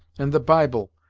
and the bible,